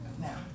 Now